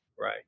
Right